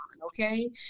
Okay